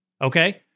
Okay